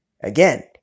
Again